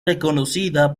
reconocida